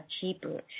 cheaper